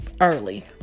early